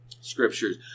scriptures